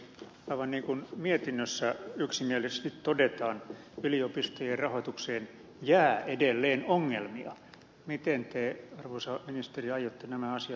päiväni kun mietinnössä yksimielisesti todetaan yliopistojen rahoitukseen jää edelleen ongelmia miten te arvoisa ministeri aiotte nämä asia